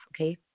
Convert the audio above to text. Okay